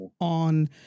on